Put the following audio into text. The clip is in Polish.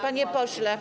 Panie pośle.